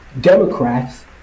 democrats